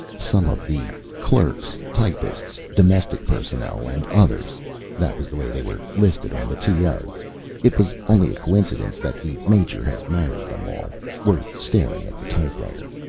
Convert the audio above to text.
some of the clerks, typists, domestic personnel and others that was the way they were listed on the t o it was only coincidence that the major had married them all were staring at the typewriter.